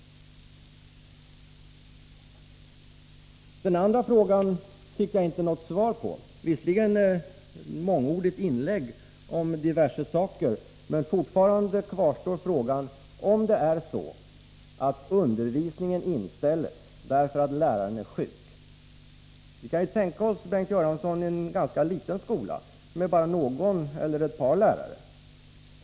Den andra frågan fick jag inte något svar på. Bengt Göransson gjorde ett mångordigt inlägg om diverse saker, men fortfarande kvarstår frågan huruvida undervisningen inställs när läraren är sjuk. Vi kan ju tänka oss, Bengt Göransson, en ganska liten skola med bara någon eller några lärare.